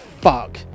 fuck